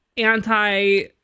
anti